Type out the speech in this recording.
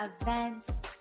events